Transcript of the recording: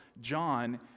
John